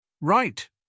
Right